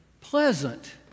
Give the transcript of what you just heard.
pleasant